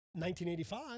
1985